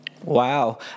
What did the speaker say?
Wow